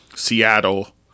seattle